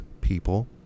people